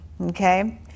okay